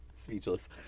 Speechless